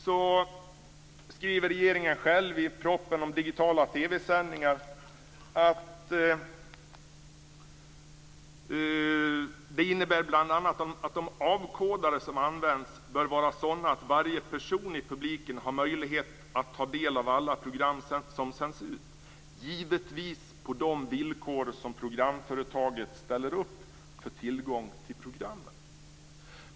Regeringen skriver själv i propositionen om digitala TV-sändningar att de avkodare som används bör vara sådana att varje person i publiken har möjlighet att ta del av alla program som sänds ut, givetvis på de villkor som programföretaget ställer för tillgång till programmen.